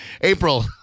April